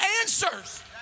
answers